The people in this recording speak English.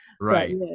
Right